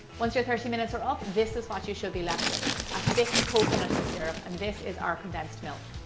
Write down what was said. once your thirty minutes are up, this is what you should be left with a thick coconutty syrup and this is our condensed milk.